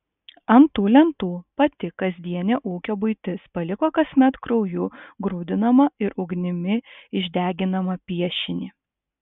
ant tų lentų pati kasdienė ūkio buitis paliko kasmet krauju grūdinamą ir ugnimi išdeginamą piešinį